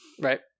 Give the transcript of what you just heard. right